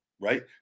right